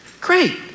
Great